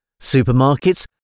Supermarkets